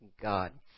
God